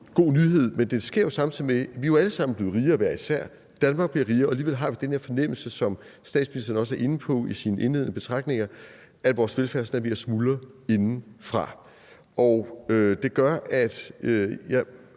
god nyhed, men det sker, samtidig med at vi jo alle sammen er blevet rigere hver især. Danmark bliver rigere, og alligevel har vi den her fornemmelse, som statsministeren også er inde på i sine indledende betragtninger, at vores velfærdsstat er ved at smuldre indefra. Det gør, at